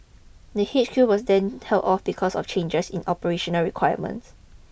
the H Q was then held off because of changes in operational requirements